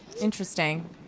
Interesting